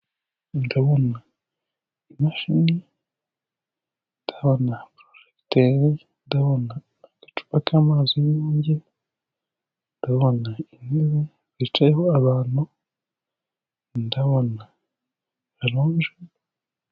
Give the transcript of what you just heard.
Ndabona imashini, ndabona porojegiteri, ndabona agacupa k'amazi y'Inyange, ndabona intebe yicayeho abantu, ndabona ralonje.